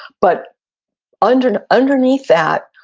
but underneath underneath that,